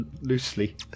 loosely